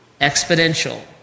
exponential